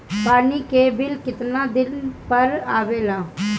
पानी के बिल केतना दिन पर आबे ला?